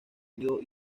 contenido